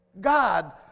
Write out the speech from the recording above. God